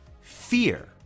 fear